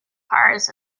cars